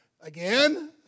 again